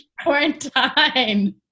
Quarantine